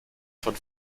von